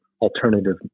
alternative